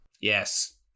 Yes